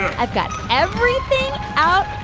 i've got everything out